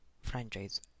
franchise